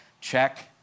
Check